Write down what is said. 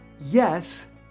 yes